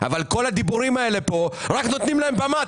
אבל כל הדיבורים פה רק נותנים להם במה.